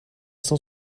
cent